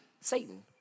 Satan